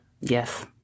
Yes